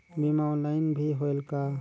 बीमा ऑनलाइन भी होयल का?